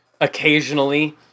occasionally